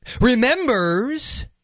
remembers